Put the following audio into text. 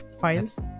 Files